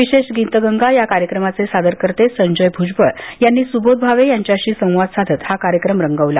विशेष गीतगंगा या कार्यक्रमाचे सादरकर्ते संजय भ्जबळ यांनी सुबोध भावे यांच्याशी संवादसाधत हा कार्यक्रम रंगवला